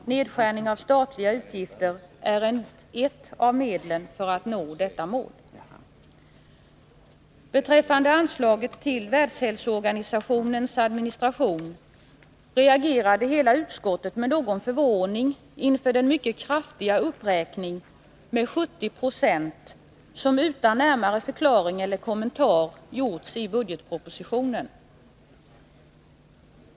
Nedskärning av statliga utgifter är ett av medlen för att nå detta mål. Vad beträffar anslaget till Världshälsoorganisationens administration reagerade hela utskottet med någon förvåning inför den mycket kraftiga uppräkning — med 70 20 — som utan närmare förklaring eller kommentar gjordes i budgetpropositionen.